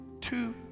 two